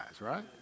right